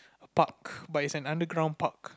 park but it's an underground park